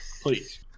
please